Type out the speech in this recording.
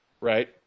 Right